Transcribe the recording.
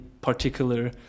particular